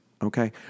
Okay